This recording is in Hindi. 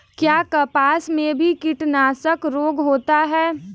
क्या कपास में भी कीटनाशक रोग होता है?